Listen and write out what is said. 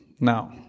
Now